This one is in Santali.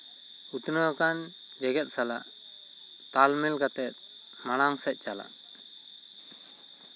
ᱩᱛᱱᱟᱹᱣ ᱟᱠᱟᱱ ᱡᱮᱜᱮᱫ ᱥᱟᱞᱟᱜ ᱛᱟᱞᱢᱮᱞ ᱠᱟᱛᱮᱫ ᱢᱟᱬᱟᱝ ᱥᱮᱫ ᱪᱟᱞᱟᱜ